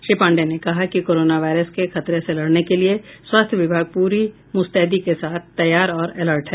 श्री पाण्डेय ने कहा कि कोरोना वायरस के खतरे से लड़ने के लिए स्वास्थ्य विभाग पूरी मुस्तैदी के साथ तैयार और अलर्ट है